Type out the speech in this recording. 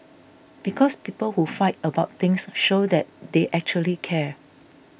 because people who fight about things show that they actually care